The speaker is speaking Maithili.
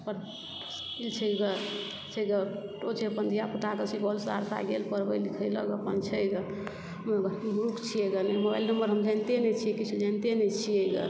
साइकिल छै ग छै ग ओ छै अपन धिया पूता के सुपौल सहरसा गेल पढ़बै लिखै लए अपन छै ग मूर्ख छियै ग मोबाइल नम्बर हम जानिते नहि छियै किछु जानिते नहि छियै ग